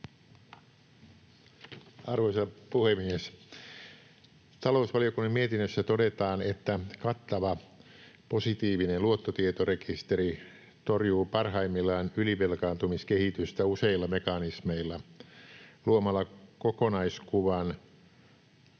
Arvoisa puhemies! Talousvaliokunnan mietinnössä todetaan, että kattava positiivinen luottotietorekisteri torjuu parhaimmillaan ylivelkaantumiskehitystä useilla mekanismeilla — luomalla kokonaiskuvan